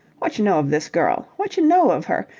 whatch know of this girl? whatch know of her?